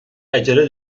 عجله